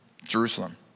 Jerusalem